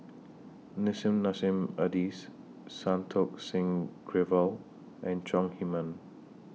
Nissim Nassim Adis Santokh Singh Grewal and Chong Heman